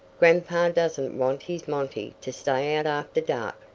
grandpa doesn't want his monty to stay out after dark,